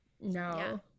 no